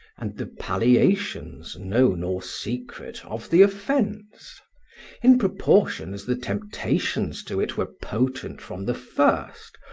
and the palliations, known or secret, of the offence in proportion as the temptations to it were potent from the first,